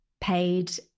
paid